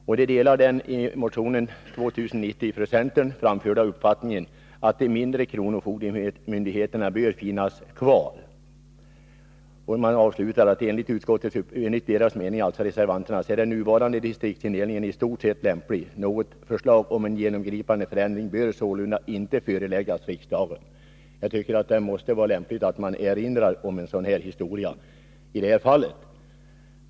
Utskottet delar den i motion 2090 framförda uppfattningen att de mindre kronofogdemyndigheterna bör finnas kvar. Enligt utskottets uppfattning är den nuvarande distriksindelningen i stort sett lämplig. Något förslag om en genomgripande förändring bör sålunda inte föreläggas riksdagen.” Detta är centerns mening. Jag tycker att det är lämpligt att erinra om detta.